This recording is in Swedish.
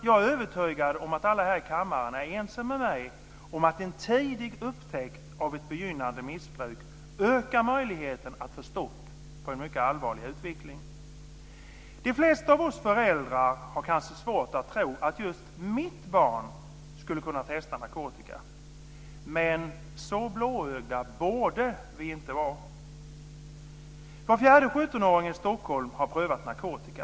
Jag är övertygad om att alla här i kammaren är ense med mig om att en tidig upptäckt av ett begynnande missbruk ökar möjligheten att få stopp på en mycket allvarlig utveckling. De flesta av oss föräldrar har kanske svårt att tro att just mitt barn skulle ha kunnat testa narkotika. Men så blåögda borde vi inte vara. Var fjärde 17-åring i Stockholm har prövat narkotika.